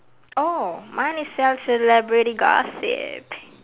oh mine is sell celebrity gossip